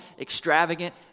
extravagant